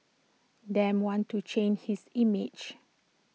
Dem wants to change his image